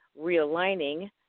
realigning